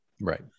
Right